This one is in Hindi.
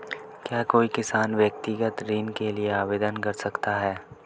क्या कोई किसान व्यक्तिगत ऋण के लिए आवेदन कर सकता है?